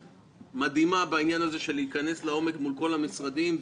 מדהימה בעניין הזה ונכנס לעומק מול כל המשרדים,